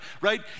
right